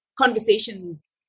conversations